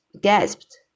gasped